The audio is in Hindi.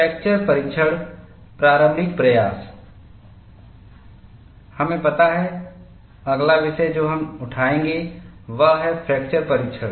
फ्रैक्चर परीक्षण प्रारंभिक प्रयास Washington हमें पता है अगला विषय जो हम उठाएंगे वह है फ्रैक्चर परीक्षण